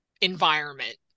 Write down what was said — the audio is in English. environment